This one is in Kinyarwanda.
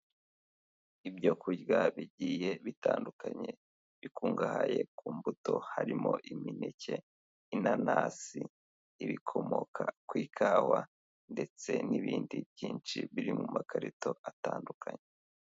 Ibyo kurya bigiye bitandukanye, bikungahaye ku mbuto harimo: imineke, inanasi, ibikomoka ku ikawa ndetse n'ibindi byinshi biri mu makarito atandukanye.